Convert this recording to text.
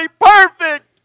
perfect